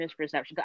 misperception